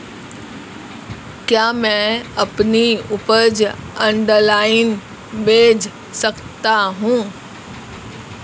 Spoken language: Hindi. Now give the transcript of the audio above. क्या मैं अपनी उपज ऑनलाइन बेच सकता हूँ?